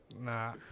Nah